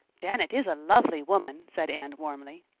janet is a lovely woman, said anne warmly.